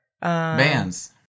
Bands